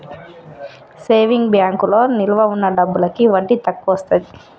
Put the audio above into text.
saving బ్యాంకులో నిలవ ఉన్న డబ్బులకి వడ్డీ తక్కువొస్తది